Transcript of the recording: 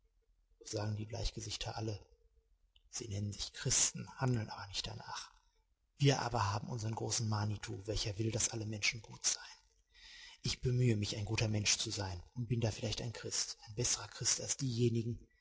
sagen die bleichgesichter alle sie nennen sich christen handeln aber nicht danach wir aber haben unsern großen manitou welcher will daß alle menschen gut seien ich bemühe mich ein guter mensch zu sein und bin da vielleicht ein christ ein besserer christ als diejenigen